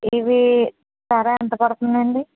ఇవి ధర ఎంత పడుతుందండి